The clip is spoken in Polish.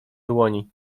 dłoni